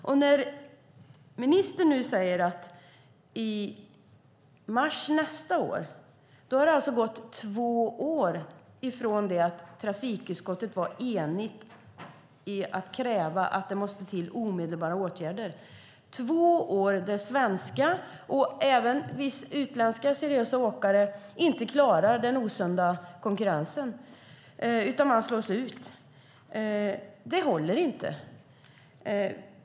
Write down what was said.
Ministern talar nu om vad som ska hända i mars nästa år. Då har det gått två år sedan ett enigt trafikutskott krävde omedelbara åtgärder. Det är två år då varken svenska eller vissa utländska seriösa åkare har klarat den osunda konkurrensen. De slås ut. Detta håller inte.